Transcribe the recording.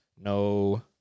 no